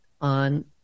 on